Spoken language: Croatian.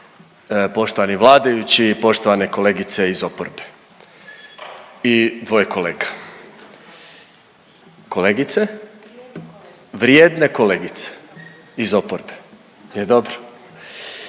poštovani vladajući i poštovane kolegice iz oporbe i dvoje kolega. Kolegice, vrijedne kolegice iz oporbe, jel dobro?